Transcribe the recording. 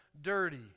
dirty